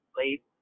late